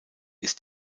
ist